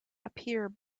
appear